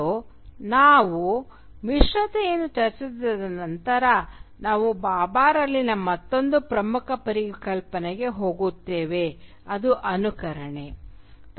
ಮತ್ತು ನಾವು ಮಿಶ್ರತೆಯನ್ನು ಚರ್ಚಿಸಿದ ನಂತರ ನಾವು ಭಾಭಾರಲ್ಲಿನ ಮತ್ತೊಂದು ಪ್ರಮುಖ ಪರಿಕಲ್ಪನೆಗೆ ಹೋಗುತ್ತೇವೆ ಅದು ಅನುಕರಣೆ